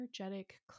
energetic